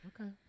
Okay